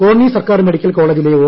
കോന്നി സർക്കാർ മെഡിക്കൽ കോളേജിലെ ഒ